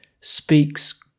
speaks